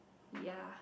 ya